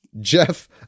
Jeff